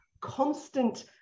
constant